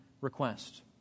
request